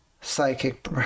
Psychic